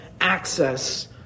access